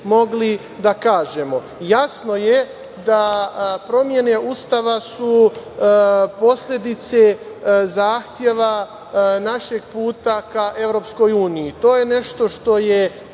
da kažemo. Jasno je da promene Ustava su posledice zahteva našeg puta ka EU. To je nešto što je